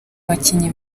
abakinnyi